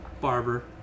Barber